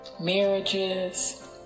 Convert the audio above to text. marriages